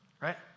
Right